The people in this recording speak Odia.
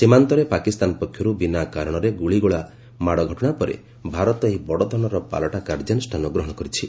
ସୀମାନ୍ତରେ ପାକିସ୍ତାନ ପକ୍ଷରୁ ବିନା କାରଣରେ ଗୁଳିଗୋଳା ମାଡ଼ ଘଟଣା ପରେ ଭାରତ ଏହି ବଡ଼ଧରଣର ପାଲଟା କାର୍ଯ୍ୟାନୁଷ୍ଠାନ ଗ୍ରହଣ କରିଛି